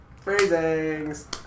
phrasings